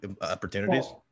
opportunities